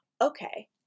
Okay